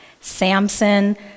Samson